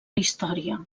història